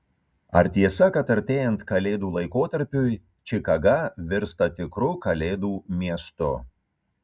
ar tiesa kad artėjant kalėdų laikotarpiui čikaga virsta tikru kalėdų miestu